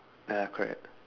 ya correct